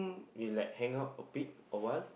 we like hang out a bit a while